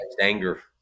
anger